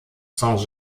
saint